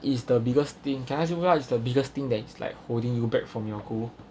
is the biggest thing can I what is the biggest thing that is like holding you back from your goal